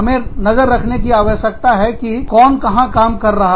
हमें नजर रखने की आवश्यकता है कि कौन कहां काम कर रहा है